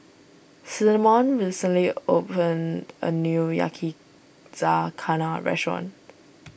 Cinnamon recently opened a new Yakizakana restaurant